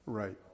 Right